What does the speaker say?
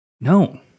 No